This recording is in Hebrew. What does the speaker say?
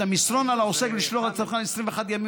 את המסרון על העוסק לשלוח לצרכן 21 ימים